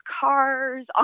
cars